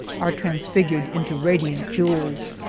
are transfigured into radiant jewels.